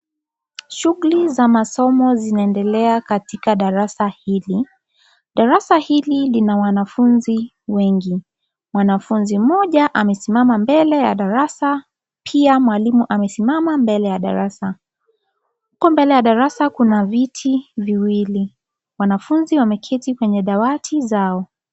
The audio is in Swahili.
Shughuli za masomo zinaendelea katika darasa hili. Darasa hili ni la wanafunzi wengi. Mwanafunzi mmoja amesimama mbele ya darasa pia mwalimu amesimama mbele ya darasa. Huko mbele ya darasa kuna viti viwili. Wanafunzi wameketi kwenye dawati zao.